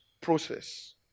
process